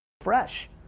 fresh